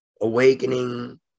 awakening